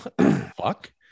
fuck